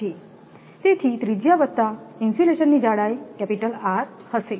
છેતેથી ત્રિજ્યા વત્તા ઇન્સ્યુલેશનની જાડાઈ કેપિટલ R હશે